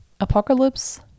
Apocalypse